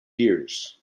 years